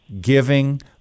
giving